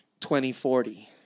2040